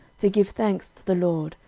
to give thanks to the lord,